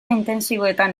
intentsiboetan